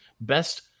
Best